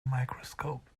microscope